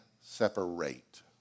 separate